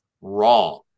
wrong